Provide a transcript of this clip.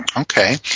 Okay